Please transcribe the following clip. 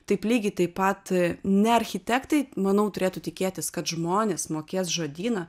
taip lygiai taip pat ne architektai manau turėtų tikėtis kad žmonės mokės žodyną